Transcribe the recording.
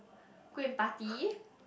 go and party